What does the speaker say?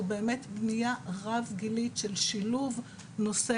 הוא באמת בנייה רב גילית של שילוב נושא